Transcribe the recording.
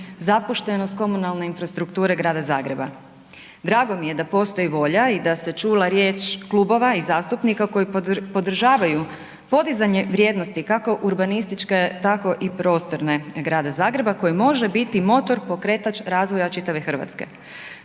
zapuštenost komunalne infrastrukture Grada Zagreba. Drago mi je da postoji volja i da se čula riječ klubova i zastupnika koji podržavaju podizanje vrijednosti kako urbanističke tako i prostorne Grada Zagreba koji može biti motor pokretač razvoja čitave Hrvatske.